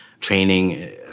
training